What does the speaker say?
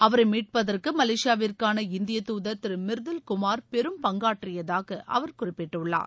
அவரை மீட்பதற்கு மலேசியாவிற்கான இந்திய தூதர் திரு மிர்துல் குமார் பெரும் பங்காற்றியதாக அவர் குறிப்பிட்டுள்ளார்